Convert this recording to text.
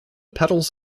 petals